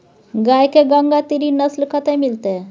गाय के गंगातीरी नस्ल कतय मिलतै?